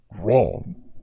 wrong